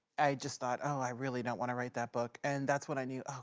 i just thought, oh i really don't want to write that book. and that's when i knew, oh